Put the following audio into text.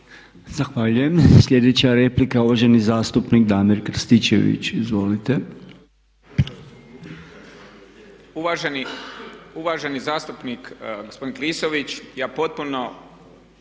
Zahvaljujem. Sljedeća replika uvaženi zastupnik Damir Krstičević. Izvolite. **Krstičević, Damir (HDZ)** Uvaženi zastupnik, gospodin Klisović ja potpuno